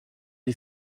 les